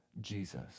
Jesus